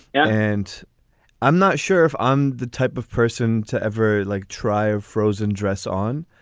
and i'm not sure if i'm the type of person to ever, like, try a frozen dress on.